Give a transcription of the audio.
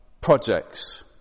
projects